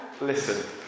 Listen